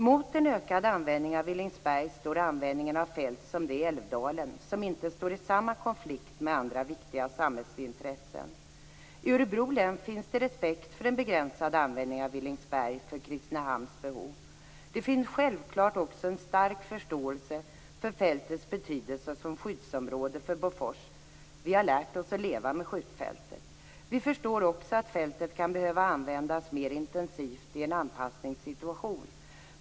Mot en ökad användning av Villingsberg står användningen av fält som det i Älvdalen, som inte står i samma konflikt med andra viktiga samhällsintressen. I Örebro län finns det respekt för en begränsad användning av Villingsberg för Kristinehamns behov. Det finns självklart också en stark förståelse för fältets betydelse som skyddsområde för Bofors. Vi har lärt oss att leva med skjutfältet. Vi förstår också att fältet kan behöva användas mer intensivt i en anpassningssituation.